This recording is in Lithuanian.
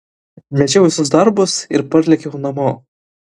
mečiau visus darbus ir parlėkiau namo